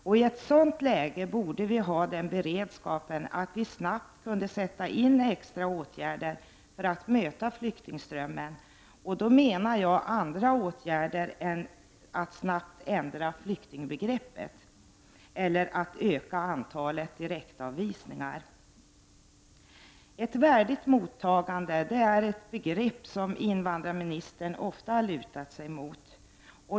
I ett sådant läge borde vi ha sådan beredskap att vi snabbt kunde sätta in extra åtgärder för att möta flyktingströmmen, och då menar jag andra åtgärder än att snabbt ändra flyktingbegreppet eller att öka antalet direktavvisningar. Ett värdigt mottagande är ett begrepp som invandrarministern ofta har lutat sig mot.